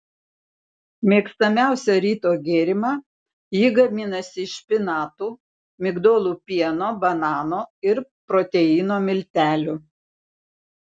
mėgstamiausią ryto gėrimą ji gaminasi iš špinatų migdolų pieno banano ir proteino miltelių